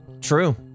True